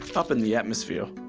up in the atmosphere,